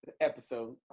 episode